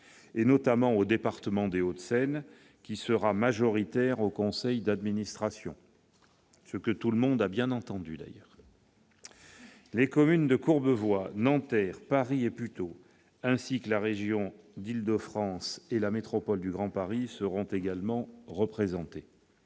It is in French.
notamment au département des Hauts-de-Seine, qui sera majoritaire au conseil d'administration, ce que tout le monde a bien entendu. Les communes de Courbevoie, Nanterre, Paris et Puteaux, ainsi que la région d'Île-de-France et la métropole du Grand Paris seront également représentées.